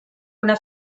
una